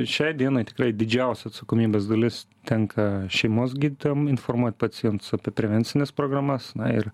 šiai dienai tikrai didžiausia atsakomybės dalis tenka šeimos gydytojam informuot pacientus apie prevencines programas na ir